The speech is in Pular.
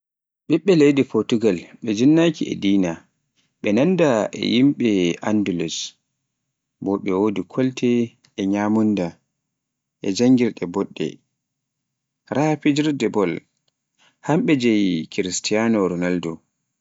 ɓiɓɓe leydi Potugal ɓe jinnaki e dina, ɓe nannda e yimɓe Andulus bo ɓe wodi kolte e nyamunda e janngirde boɗɗe raa be mbawi fijirde bol, hamɓe jeeyi Cristiano Ronaldo.